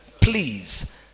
please